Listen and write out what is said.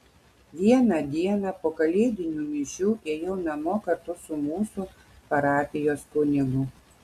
vieną dieną po kalėdinių mišių ėjau namo kartu su mūsų parapijos kunigu